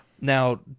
now